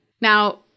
Now